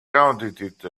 counted